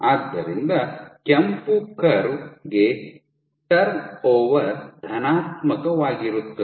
ಆದ್ದರಿಂದ ಕೆಂಪು ಕರ್ವ್ ಗೆ ಟರ್ನ್ಓವರ್ ಧನಾತ್ಮಕವಾಗಿರುತ್ತದೆ